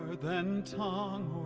than tongue